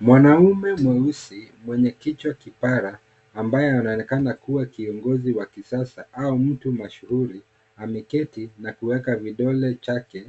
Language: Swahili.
Mwanaume mweusi mwenye kichwa kipara ambaye anaonekana kuwa kiongozi wa kisasa au mtu mashuhuri ameketi na kueka vidole chake